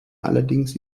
allerdings